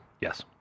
Yes